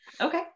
Okay